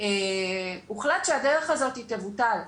הוחלט שהדרך הזאת תבוטל.